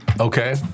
okay